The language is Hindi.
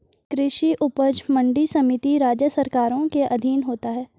कृषि उपज मंडी समिति राज्य सरकारों के अधीन होता है